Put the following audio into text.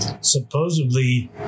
Supposedly